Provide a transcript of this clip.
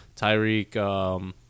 Tyreek